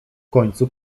końcu